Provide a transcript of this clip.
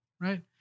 right